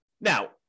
Now